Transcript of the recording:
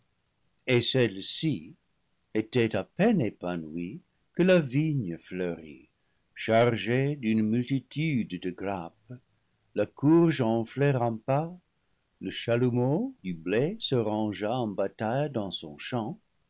et celles-ci étaient à peine épanouies que la vigne fleurit chargée d'une multitude de grappes la courge enflée rampa le chalumeau du blé se rangea en bataille dans son champ